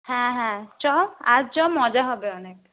হ্যাঁ হ্যাঁ চ আজ চ মজা হবে অনেক